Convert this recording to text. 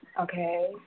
Okay